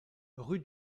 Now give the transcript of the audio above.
rue